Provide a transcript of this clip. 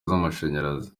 z’amashanyarazi